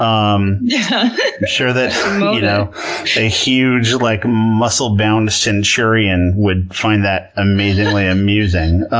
um yeah sure that you know a huge like muscle-bound centurion would find that amazingly amusing.